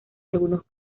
algunos